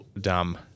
dumb